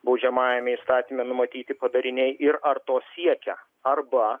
baudžiamajame įstatyme numatyti padariniai ir ar to siekia arba